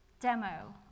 demo